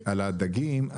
הדגים.